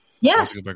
Yes